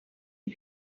une